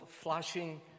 flashing